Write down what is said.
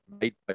made